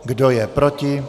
Kdo je proti?